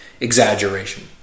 exaggeration